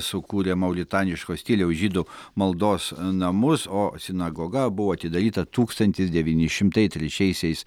sukūrė mauritaniško stiliaus žydų maldos namus o sinagoga buvo atidaryta tūkstantis devyni šimtai trečiaisiais